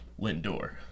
Lindor